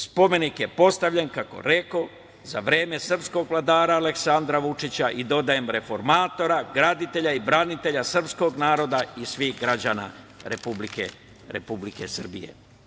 Spomenik je postavljen, kako rekoh, za vreme srpskog vladara Aleksandra Vučića i dodajem reformatora, graditelja i branitelja srpskog naroda i svih građana Republike Srbije.